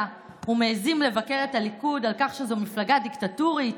ומעיזים לבקר את הליכוד על כך שזו מפלגה דיקטטורית,